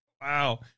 Wow